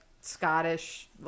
Scottish